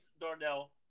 Darnell